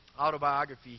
autobiography